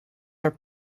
are